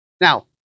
Now